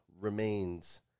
remains